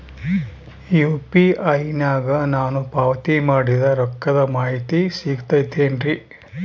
UPI ನಾಗ ನಾನು ಪಾವತಿ ಮಾಡಿದ ರೊಕ್ಕದ ಮಾಹಿತಿ ಸಿಗುತೈತೇನ್ರಿ?